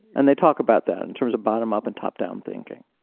and they talk about that in terms of bottom up and top down thinking